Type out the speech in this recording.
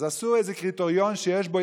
אז עשו איזה קריטריון שיש בו,